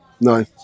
No